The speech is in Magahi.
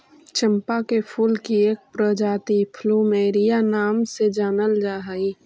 चंपा के फूल की एक प्रजाति प्लूमेरिया नाम से जानल जा हई